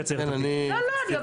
את